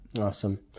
Awesome